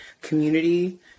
community